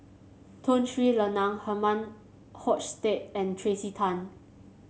Tun Sri Lanang Herman Hochstadt and Tracey Tan